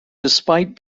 despite